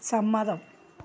സമ്മതം